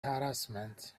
harassment